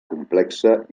complexa